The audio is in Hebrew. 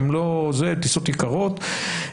טיסות יקרות,